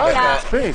די, מספיק.